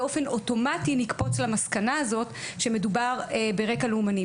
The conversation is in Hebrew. באופן אוטומטי לקפוץ למסקנה הזאת שמדובר ברקע לאומני.